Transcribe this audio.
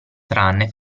tranne